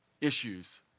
issues